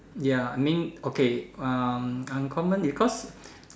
ya I mean okay uh uncommon because